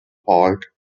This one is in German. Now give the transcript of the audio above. park